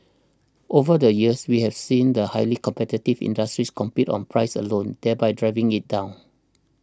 over the years we have seen the highly competitive industries compete on price alone there by driving it down